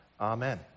Amen